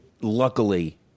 luckily